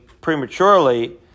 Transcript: prematurely